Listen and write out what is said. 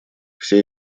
все